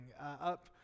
up